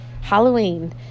halloween